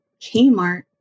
Kmart